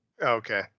Okay